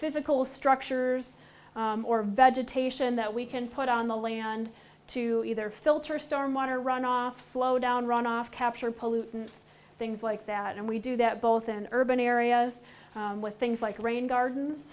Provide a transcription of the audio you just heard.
physical structures or vegetation that we can put on the land to either filter storm water runoff flow down runoff capture pollutants things like that and we do that both in urban areas with things like rain gardens